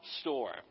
store